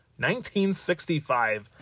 1965